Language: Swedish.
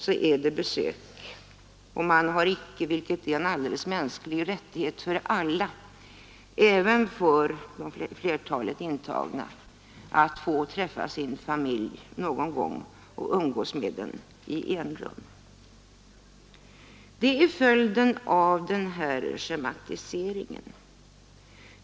Då har de icke vad som är en blir det bara besök på en mänsklig rättighet för alla — även för flertalet intagna — nämligen möjlighet att träffa sin familj någon gång och umgås med den i enrum. Detta är följden av den här schematiseringen.